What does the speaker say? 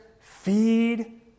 feed